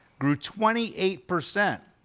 grew twenty eight percent.